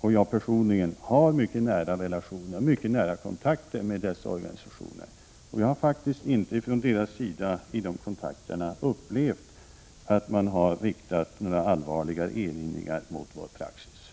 och jag personligen, har mycket nära relationer och mycket nära kontakter med dessa organisationer. Jag har inte i kontakterna med dessa organisationer upplevt att det har riktats några allvarliga erinringar mot vår praxis.